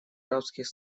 арабских